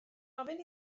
ofyn